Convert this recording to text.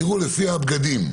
יראו לפי הבגדים,